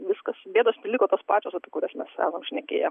viskas bėdos liko tos pačios apie kurias mes esam šnekėję